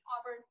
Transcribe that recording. Auburn